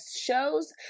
shows